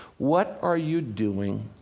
what are you doing